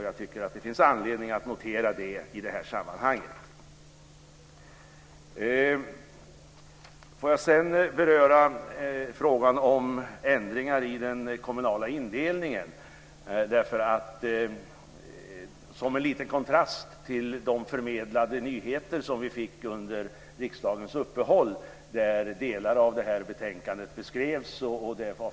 Jag tycker att det finns anledning att notera det i detta sammanhang. Jag vill sedan beröra frågan om ändringar i den kommunala indelningen som en liten kontrast till de förmedlade nyheter som vi fick under riksdagens uppehåll, där delar av detta betänkande beskrevs.